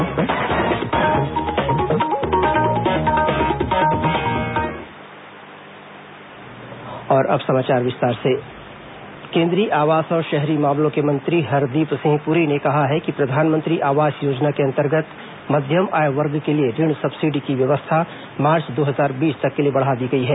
प्रधानमंत्री आवास योजना केंद्रीय आवास और शहरी मामलों के मंत्री हरदीप सिंह पूरी ने कहा है कि प्रधानमंत्री आवास योजना के अंतर्गत मध्यम आय वर्ग के लिए ऋण सब्सिडी की व्यवस्था मार्च दो हजार बीस तक के लिए बढ़ा दी गई है